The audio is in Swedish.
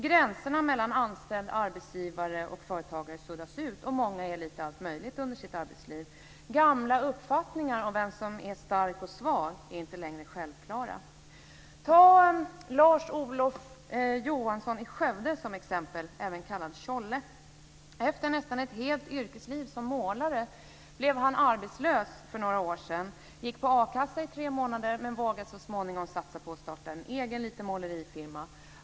Gränserna mellan anställd, arbetsgivare och företagare suddas ut, och många är lite allt möjligt under sitt arbetsliv. Gamla uppfattningar om vem som är stark och svag är inte längre självklara. Ta Lars-Olof Johansson i Skövde, även kallad Tjolle, som exempel. Efter nästan ett helt yrkesliv som målare blev han arbetslös för några år sedan. Han gick på a-kassa i tre månader, men vågade så småningom satsa på att starta en egen liten målerifirma.